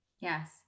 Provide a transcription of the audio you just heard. Yes